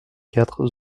quatre